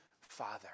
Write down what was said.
Father